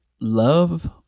Love